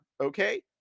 Okay